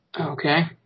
Okay